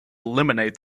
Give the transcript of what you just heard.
eliminate